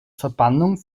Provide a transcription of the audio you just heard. verbannung